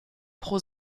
pro